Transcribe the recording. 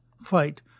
fight